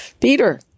Peter